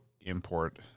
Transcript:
import